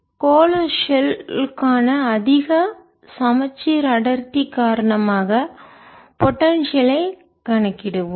கோள ஷெல் க்கான அதிக சமச்சீர் அடர்த்தி காரணமாக பொடென்சியல் ஐ ஆற்றலைக் கணக்கிடுவோம்